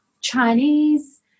Chinese